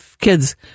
kids